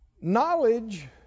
knowledge